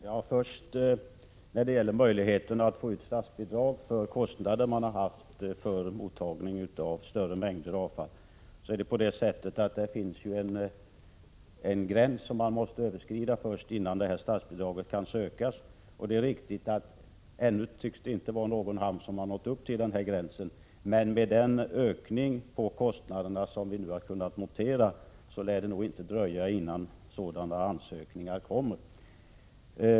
Herr talman! Först beträffande möjligheterna till statsbidrag för kostnader som man haft för mottagning av större mängder av avfall: Det finns en gräns som måste överskridas innan man kan söka statsbidrag. Det är riktigt att någon hamn ännu inte tycks ha nått upp till den gränsen, men med den ökning av kostnaderna som vi har kunnat notera lär det nog inte dröja innan sådana ansökningar kommer.